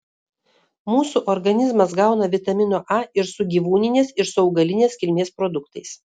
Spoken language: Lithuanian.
mūsų organizmas gauna vitamino a ir su gyvūninės ir su augalinės kilmės produktais